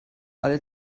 alle